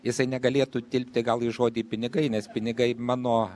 jisai negalėtų tilpti gal į žodį pinigai nes pinigai mano